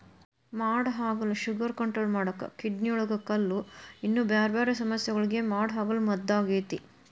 ಮಾಡಹಾಗಲ sugar control ಮಾಡಾಕ, ಕಿಡ್ನಿಯೊಳಗ ಕಲ್ಲು, ಇನ್ನೂ ಬ್ಯಾರ್ಬ್ಯಾರೇ ಸಮಸ್ಯಗಳಿಗೆ ಮಾಡಹಾಗಲ ಮದ್ದಾಗೇತಿ